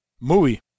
Movie